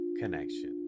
connection